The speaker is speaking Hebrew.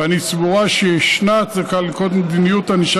ואני סבורה שישנה הצדקה לנקוט מדיניות ענישה